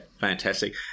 fantastic